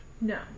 No